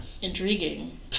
Intriguing